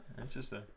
Interesting